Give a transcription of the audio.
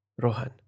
Rohan